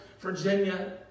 Virginia